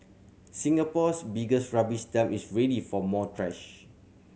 Singapore's biggest rubbish dump is ready for more trash